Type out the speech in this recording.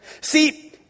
See